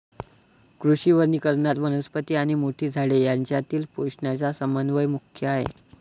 कृषी वनीकरणात, वनस्पती आणि मोठी झाडे यांच्यातील पोषणाचा समन्वय मुख्य आहे